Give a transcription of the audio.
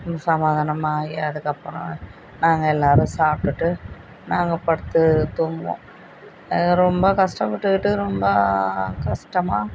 சமாதானமெல்லாம் ஆகி அதுக்கப்புறம் நாங்கள் எல்லாேரும் சாப்பிட்டுட்டு நாங்கள் படுத்து தூங்குவோம் அது ரொம்ப கஷ்டப்பட்டுக்கிட்டு ரொம்ப கஷ்டமா